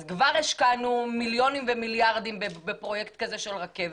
אז כבר השקענו מיליונים ומיליארדים בפרויקט כזה של רכבת,